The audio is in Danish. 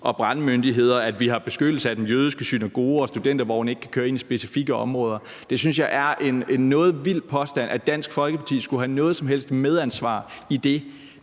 og brandmyndigheder, at vi har beskyttelse af den jødiske synagoge, og at studentervogne ikke kan køre ind i specifikke områder. Det synes jeg er en noget vild påstand, altså at Dansk Folkeparti skulle have noget som helst medansvar i det.